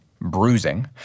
bruising